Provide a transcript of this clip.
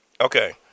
Okay